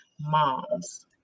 moms